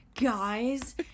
guys